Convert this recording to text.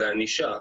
זה ענישה.